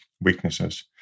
weaknesses